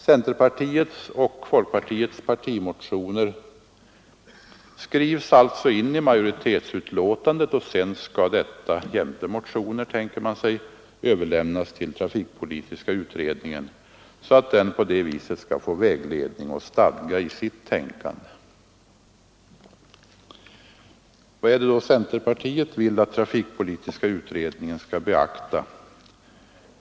Centerpartiets och folkpartiets partimotioner skrivs alltså in i majoritetsutlåtandet, och sedan skall detta jämte motioner, tänker man sig, överlämnas till trafikpolitiska utredningen så att den skall få vägledning och stadga i sitt betänkande. Vad är det då centerpartiet vill att trafikpolitiska utredningen skall beakta?